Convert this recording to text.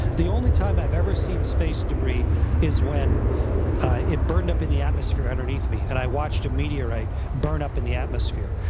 the only time i've ever seen space debris is when it burned up in the atmosphere underneath me, and i watched a meteorite burn up in the atmosphere.